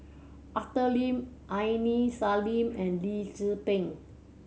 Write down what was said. Arthur Lim Aini Salim and Lee Tzu Pheng